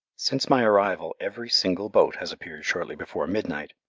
since my arrival every single boat has appeared shortly before midnight,